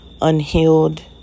unhealed